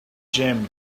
jam